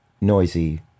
noisy